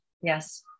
Yes